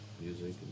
Music